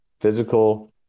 physical